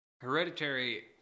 Hereditary